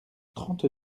trente